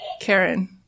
Karen